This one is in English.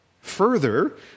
Further